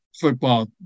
football